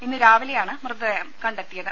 ഇന്ന് രാവിലെയാണ് മൃതദേഹം കണ്ടെത്തിയത്